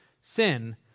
sin